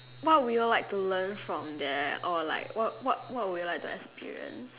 what will you like to learn from there or like what what what would you like to experience